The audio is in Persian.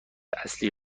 اصلی